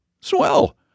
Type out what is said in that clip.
Swell